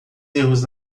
erros